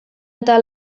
eta